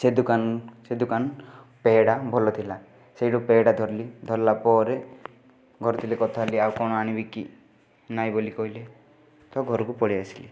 ସେ ଦୋକାନ ସେ ଦୋକାନ ପେଡ଼ା ଭଲ ଥିଲା ସେଇଠୁ ପେଡ଼ା ଧରିଲି ଧରିଲା ପରେ ଘର ଥିଲେ କଥା ହେଲି ଆଉ କ'ଣ ଆଣିବି କି ନାଇଁ ବୋଲି କହିଲେ ତ ଘରକୁ ପଳେଇ ଆସିଲି